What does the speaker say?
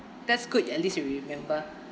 that's good at least you remember